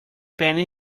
penny